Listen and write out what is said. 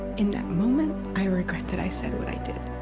in that moment, i regret that i said what i did